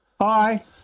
Hi